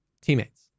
teammates